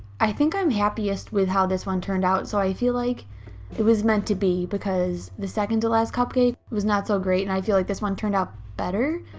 i think i'm happiest with how this one turned out so i feel like it was meant to be because the second to last cupcake was not so great and i feel like this one turned out better.